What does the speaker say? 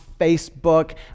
Facebook